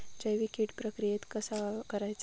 जैविक कीड प्रक्रियेक कसा करायचा?